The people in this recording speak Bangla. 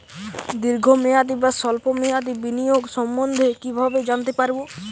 দীর্ঘ মেয়াদি বা স্বল্প মেয়াদি বিনিয়োগ সম্বন্ধে কীভাবে জানতে পারবো?